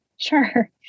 Sure